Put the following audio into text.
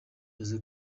jose